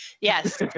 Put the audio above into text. Yes